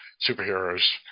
superheroes